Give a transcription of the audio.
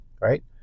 right